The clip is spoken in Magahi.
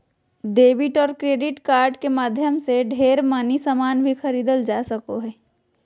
डेबिट और क्रेडिट कार्ड के माध्यम से ढेर मनी सामान भी खरीदल जा सको हय